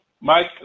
Mike